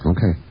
Okay